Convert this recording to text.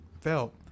felt